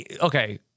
Okay